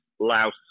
louse